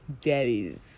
daddies